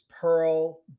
Pearl